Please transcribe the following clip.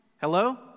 Hello